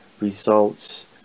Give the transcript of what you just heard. results